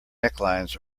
necklines